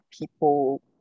people